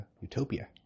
utopia